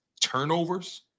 turnovers